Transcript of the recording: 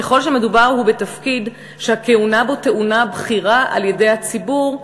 ככל שמדובר בתפקיד שהכהונה בו טעונה בחירה על-ידי הציבור,